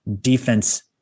defense